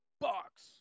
Box